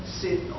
sit